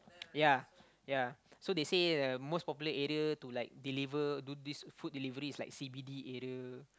ya ya so they say the most popular area to like deliver to do this food delivery is like c_b_d area